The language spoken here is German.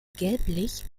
gelblich